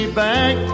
back